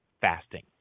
fasting